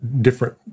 different